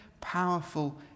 powerful